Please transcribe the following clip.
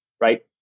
right